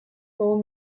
cents